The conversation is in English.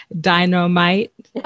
dynamite